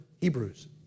Hebrews